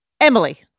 Emily